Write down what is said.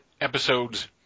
episode's